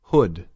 Hood